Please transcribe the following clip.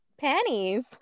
panties